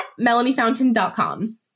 melaniefountain.com